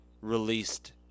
released